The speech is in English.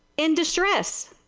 in distress.